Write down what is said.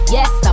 Yes